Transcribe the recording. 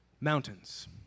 Mountains